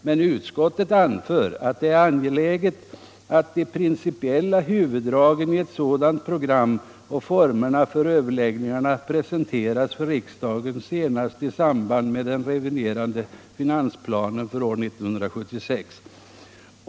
Men utskottet anför att det är angeläget att de principiella huvuddragen i ett sådant program och formerna för överläggningarna presenteras för riksdagen senast i samband med den reviderade finansplanen för år 1976.